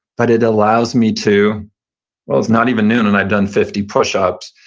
but it allows me to well, it's not even noon, and i've done fifty push-ups.